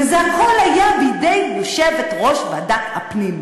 וזה הכול היה בידי יושבת-ראש ועדת הפנים.